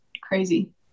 crazy